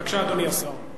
בבקשה, אדוני השר.